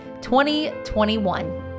2021